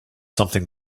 something